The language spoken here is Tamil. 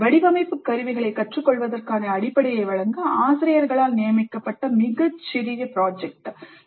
வடிவமைப்பு கருவிகளைக் கற்றுக்கொள்வதற்கான அடிப்படையை வழங்க ஆசிரியர்களால் நியமிக்கப்பட்ட மிகச் சிறிய திட்டம் இது சுமார் 4 வாரங்கள் இருக்கலாம்